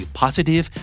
positive